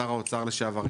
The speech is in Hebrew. שר האוצר לשעבר,